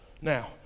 Now